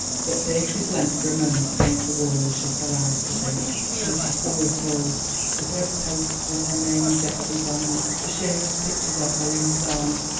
but beatrice leant for a moment against the wall and shut her eyes to think. oh, she saw it all the great posters with her name and geoffrey's on them, the shameless pictures of her in his arms,